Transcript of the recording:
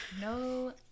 No